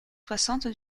soixante